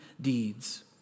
deeds